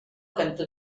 cantó